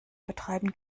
betreiben